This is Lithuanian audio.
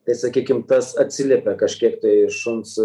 tai sakykim tas atsiliepia kažkiek tai šuns